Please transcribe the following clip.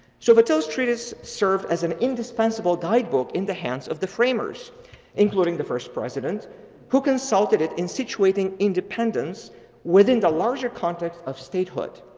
so vattel's treaties served as an indispensable guidebook in the hands of the framers including the first president who consulted it in situating independence within the large context of statehood.